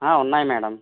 ఉన్నాయి మేడం